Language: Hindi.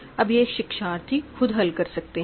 अब यह शिक्षार्थी खुद हल कर सकते हैं